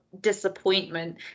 disappointment